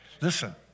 Listen